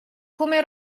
come